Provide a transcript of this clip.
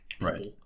Right